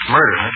Murder